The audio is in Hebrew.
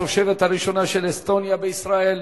התושבת הראשונה של אסטוניה בישראל,